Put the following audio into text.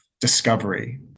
Discovery